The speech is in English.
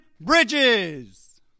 Bridges